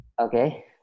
Okay